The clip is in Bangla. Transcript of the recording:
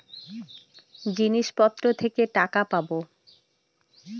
জিনিসপত্র থেকে টাকা পাবো